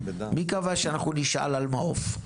מי קבע שאנחנו נשאל על מעו"ף?